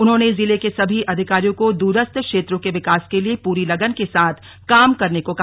उन्होंने जिले के सभी अधिकारियों को दूरस्थ क्षेत्रों के विकास के लिए पूरी लगन के साथ काम करने को कहा